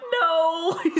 no